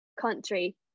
country